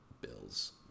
Bills